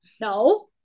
no